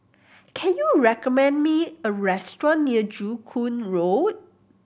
can you recommend me a restaurant near Joo Koon Road